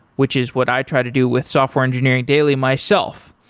which is what i try to do with software engineering daily myself.